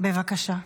בבקשה.